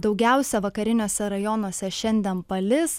daugiausia vakariniuose rajonuose šiandien palis